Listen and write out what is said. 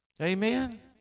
Amen